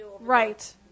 Right